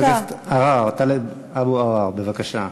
חבר הכנסת עראר, טלב אבו עראר, בבקשה.